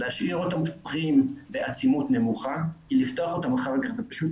להשאיר אותם פתוחים בעצימות נמוכה כי לפתוח אותם אחר כך זה פשוט